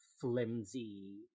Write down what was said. flimsy